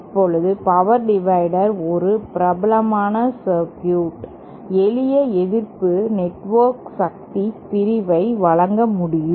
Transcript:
இப்போது power divider ஒரு பிரபலமான சர்க்யூட் எளிய எதிர்ப்பு நெட்வொர்க் சக்தி பிரிவை வழங்க முடியும்